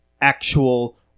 actual